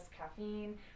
caffeine